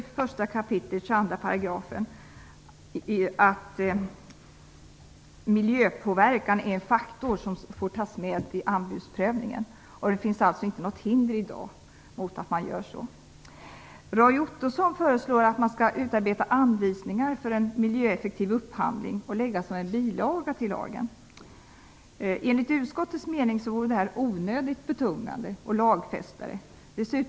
I 1 kap. 22 § stadgas att miljöpåverkan är en faktor som får tas med vid anbudsprövningen. Det finns alltså inte något hinder för att i dag göra så. Roy Ottosson föreslår att man skall utarbeta anvisningar för en miljöeffektiv upphandling och lägga med som en bilaga till lagen. Enligt utskottets mening vore det onödigt betungande att lagfästa detta.